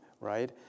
right